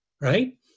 Right